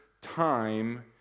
time